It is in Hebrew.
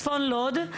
צפון לוד,